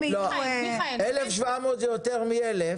1,700 זה יותר מ-1,000.